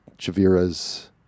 Chaviras